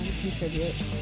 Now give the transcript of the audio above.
contribute